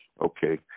Okay